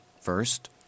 first